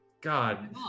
God